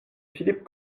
philippe